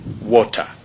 water